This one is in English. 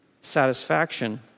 satisfaction